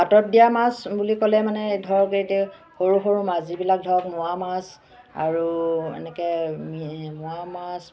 পাতত দিয়া মাছ বুলি ক'লে মানে ধৰক এতিয়া সৰু সৰু মাছ যিবিলাক ধৰক মোৱা মাছ আৰু এনেকৈ মি মোৱা মাছ